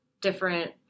different